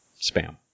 spam